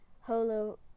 holo